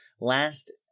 last